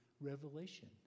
Revelation